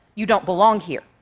you don't belong here.